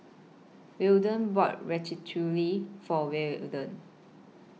Weldon bought Ratatouille For Well A den